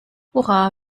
hurra